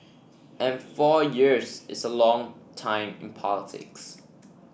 and four years is a long time in politics